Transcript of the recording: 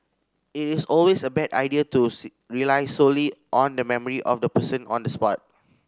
it is always a bad idea to rely solely on the memory of the person on the spot